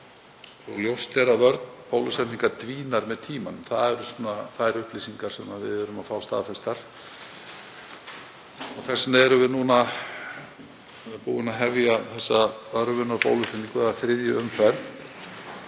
Ljóst er að vörn bólusetningar dvínar með tímanum. Það eru þær upplýsingar sem við erum að fá staðfestar. Þess vegna erum við núna búin að hefja þessa örvunarbólusetningu eða þriðju umferð,